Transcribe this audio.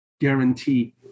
guarantee